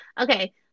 Okay